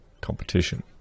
competition